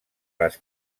les